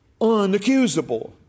unaccusable